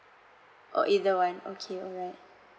oh either one okay alright